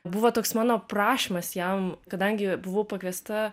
buvo toks mano prašymas jam kadangi buvau pakviesta